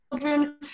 children